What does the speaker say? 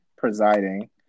presiding